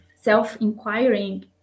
self-inquiring